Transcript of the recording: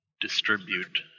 distribute